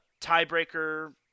tiebreaker